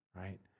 right